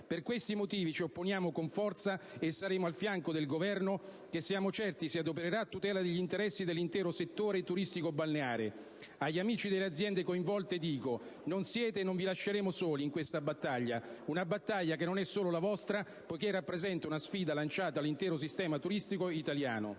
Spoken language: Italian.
Per questi motivi, ci opponiamo ad essa con forza e saremo al fianco del Governo, che siamo certi si adopererà a tutela degli interessi dell'intero settore turistico-balneare. Agli amici delle aziende coinvolte dico: non siete e non vi lasceremo soli in questa battaglia, una battaglia che non è solo la vostra, poiché rappresenta una sfida lanciata all'intero sistema turistico italiano.